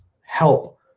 help